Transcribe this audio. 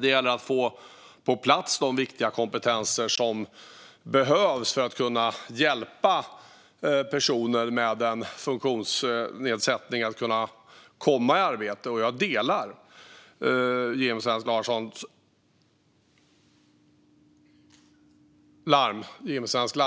Det gäller att få på plats de viktiga kompetenser som behövs för att hjälpa personer med funktionsnedsättning att komma i arbete. Jag delar Jim Svensk